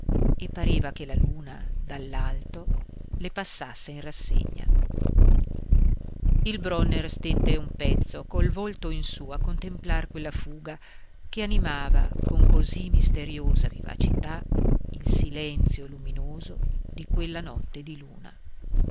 e pareva che la luna dall'alto le passasse in rassegna il bronner stette un pezzo col volto in su a contemplar quella fuga che animava con così misteriosa vivacità il silenzio luminoso di quella notte di luna